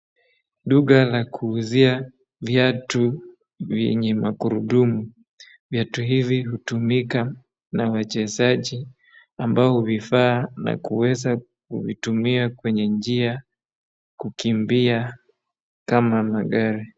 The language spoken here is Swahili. Duka la kuuzia viatu vyenye magurudumu, viatu hivi hutumika na wachezaji ambao huvivaa na kuweza kuvitumia kwenye njia kukimbia kama magari.